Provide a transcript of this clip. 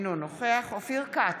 אינו נוכח אופיר כץ,